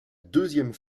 deuxième